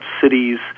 cities